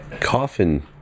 Coffin